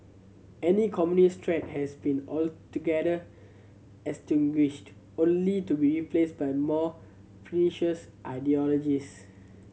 any communist threat has been altogether extinguished only to be replaced by more pernicious ideologies